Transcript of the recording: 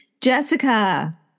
Jessica